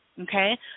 okay